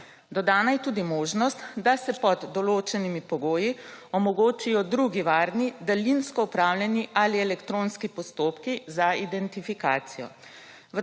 Dodana je tudi možnost, da se pod določenimi pogoji omogočijo drugi varni daljinsko upravljani ali elektronski postopki za identifikacijo.